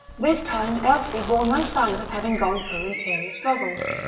this time elsie bore no signs of having gone through interior struggles.